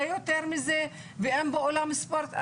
ואין בו אולם ספורט.